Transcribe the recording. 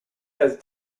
has